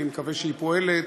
אני מקווה שהיא פועלת.